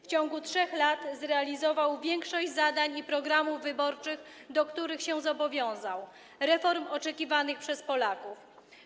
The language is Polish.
W ciągu 3 lat zrealizował większość zadań i programów wyborczych, do których się zobowiązał - reform oczekiwanych przez Polaków.